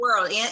world